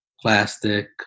plastic